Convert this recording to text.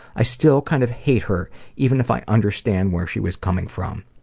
i still kind of hate her even if i understand where she was coming from,